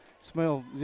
smell